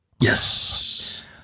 Yes